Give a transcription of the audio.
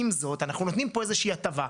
עם זאת, אנחנו נותנים פה איזושהי הטבה.